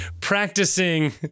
practicing